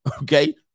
okay